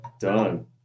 Done